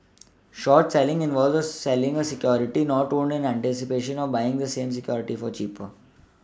short selling involves selling a security not owned in anticipation of buying the same security for cheaper